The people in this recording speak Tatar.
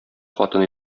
хатын